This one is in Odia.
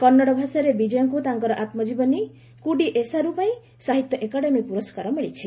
କନ୍ନଡ ଭାଷାରେ ବିଜୟଙ୍କୁ ତାଙ୍କର ଆତ୍ମଜୀବନୀ 'କୁଡି ଏସାରୁ' ପାଇଁ ସାହିତ୍ୟ ଏକାଡେମୀ ପୁରସ୍କାର ମିଳିଛି